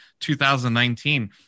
2019